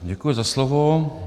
Děkuji za slovo.